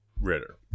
Ritter